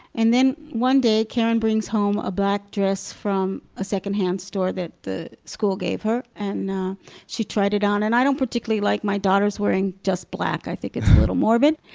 and then, one day, keren brings home a black dress from a second hand store that the school gave her, and she tried it on. and i don't particularly like my daughters wearing just black. i think it's a little morbid.